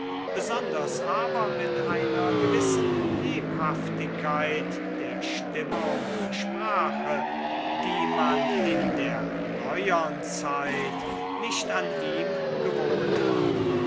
besonders aber mit einer gewissen lebhaftigkeit der stimme und sprache die man in der neuern zeit nicht an ihm gewohnt war